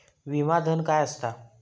विमा धन काय असता?